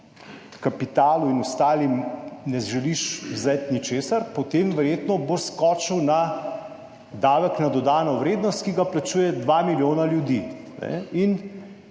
kapitalu in ostalim ne želiš vzeti ničesar, potem verjetno bo skočil na davek na dodano vrednost, ki ga plačuje dva milijona ljudi.